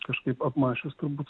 kažkaip apmąsčius turbūt